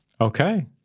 Okay